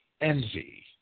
envy